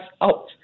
out